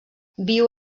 viu